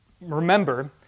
remember